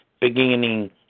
beginning